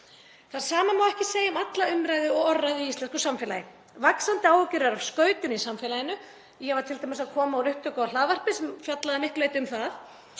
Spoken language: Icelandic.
Það sama má ekki segja um alla umræðu og orðræðu í íslensku samfélagi. Vaxandi áhyggjur eru af skautun í samfélaginu, ég var t.d. að koma úr upptöku á hlaðvarpi sem fjallaði að miklu leyti um það.